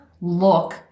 look